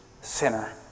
sinner